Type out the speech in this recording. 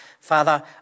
Father